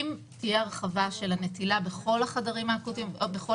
אם תהיה הרחבה של הנטילה בכל החדרים האקוטיים בכל